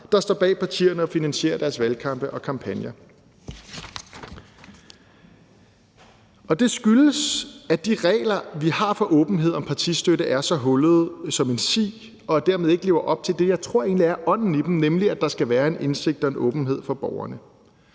der står bag partierne og finansierer deres valgkampe og kampagner, og det skyldes, at de regler, vi har for åbenhed om partistøtte, er så hullede som en si og dermed ikke lever op til det, jeg egentlig tror er ånden i dem, nemlig at der skal være en indsigt og en åbenhed for borgerne.